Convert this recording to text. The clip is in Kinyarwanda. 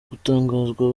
gutangazwa